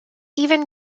even